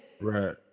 Right